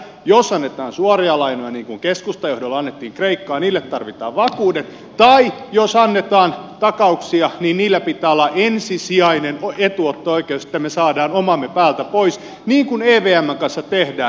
jos annetaan suoria lainoja niin kuin keskustan johdolla annettiin kreikkaan niille tarvitaan vakuudet tai jos annetaan takauksia niin niillä pitää olla ensisijainen etuotto oikeus että me saamme omamme päältä pois niin kuin evmn kanssa tehdään